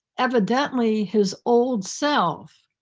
evidently his old self,